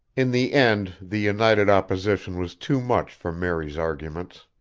in the end the united opposition was too much for mary's arguments,